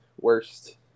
worst